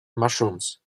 mushrooms